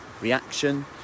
reaction